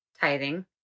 tithing